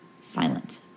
silent